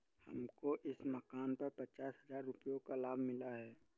हमको इस मकान पर पचास हजार रुपयों का लाभ मिला है